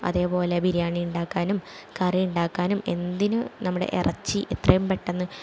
അതേപോലെ ബിരിയാണി ഉണ്ടാക്കാനും കറി ഇണ്ടാക്കാനും എന്തിന് നമ്മുടെ ഇറച്ചി എത്രയും പെട്ടെന്ന്